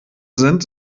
sind